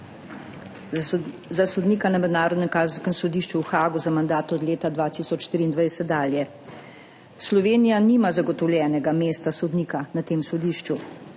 … sodnika na Mednarodnem kazenskem sodišču v Haagu za mandat od leta 2023 dalje. Slovenija nima zagotovljenega mesta sodnika na tem sodišču,